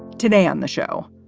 today on the show,